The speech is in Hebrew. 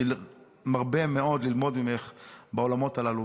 אני מרבה מאוד ללמוד ממך בעולמות הללו,